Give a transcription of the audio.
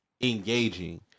engaging